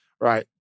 right